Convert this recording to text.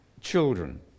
children